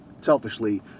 selfishly